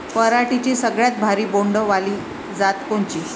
पराटीची सगळ्यात भारी बोंड वाली जात कोनची?